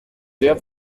sehr